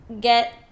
get